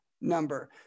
number